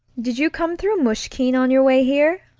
did you come through mushkine on your way here?